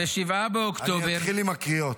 אני אתחיל עם הקריאות.